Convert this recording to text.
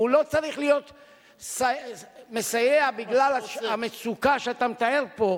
הוא לא צריך להיות מסייע בגלל המצוקה שאתה מתאר פה,